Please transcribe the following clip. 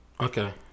Okay